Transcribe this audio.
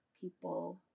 people